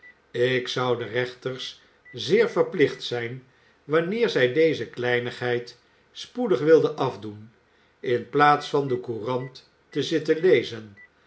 ik zou de rechters zeer verplicht zijn wanneer zij deze kleinigheid spoedig wilden afdoen in plaats van de courant te zitten lezen